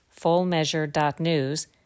FullMeasure.News